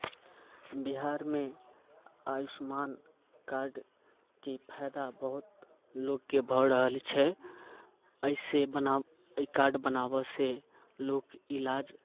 बिहारमे आयुष्मान कार्डके फायदा बहुत लोककेँ भऽ रहल छै एहिसँ बना ई कार्ड बनाबयसँ लोक इलाज